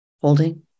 holding